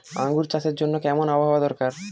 আঙ্গুর চাষের জন্য কেমন আবহাওয়া দরকার?